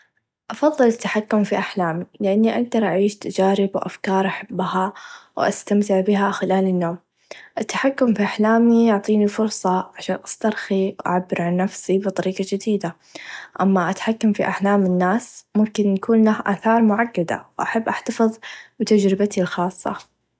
أفظل التحكم في أحلامي لأني أقدر أعيش تچارب و أفكار أحبها و أستمتع بها خلال النوم التحكم في أحلامي يعطيني فرصه عشان أسترخي و أعبر عن نفسي بطريقه چديده أما اتحكم في أحلام الناس ممكن يكون له آثار معقده و أحب أحتفظ بتچربتي الخاصه.